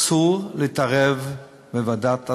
אסור להתערב בוועדת הסל.